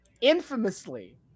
infamously